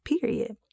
period